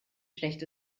schlecht